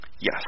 Yes